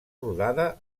rodada